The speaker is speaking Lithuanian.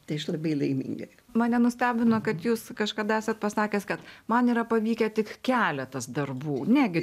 tai aš labai laiminga mane nustebino kad jūs kažkada esat pasakęs kad man yra pavykę tik keletas darbų negi